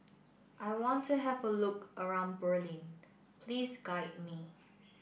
I want to have a look around Berlin please guide me